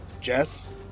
Jess